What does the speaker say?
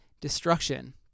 destruction